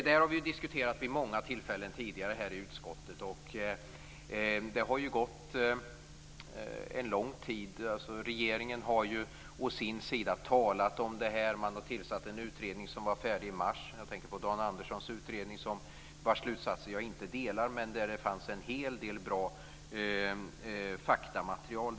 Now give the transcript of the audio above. Vi har diskuterat detta många gånger och under lång tid i riksdagen. Regeringen har å sin sida talat om detta och tillsatt en utredning, som blev färdig i mars. Jag tänker på Dan Anderssons utredning, vars slutsatser jag inte delar. Där fanns dock en hel del bra faktamaterial.